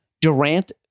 Durant